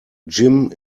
jim